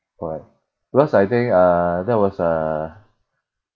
what because I think uh that was uh